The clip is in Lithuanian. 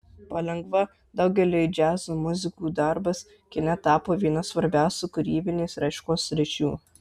palengva daugeliui džiazo muzikų darbas kine tapo viena svarbiausių kūrybinės raiškos sričių